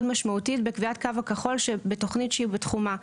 משמעותית בקביעת הקו הכחול שבתוכנית שהיא בתחומה.